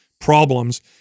problems